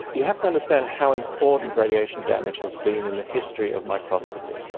you have to understand how important radiation damage has been in the history of microscopy.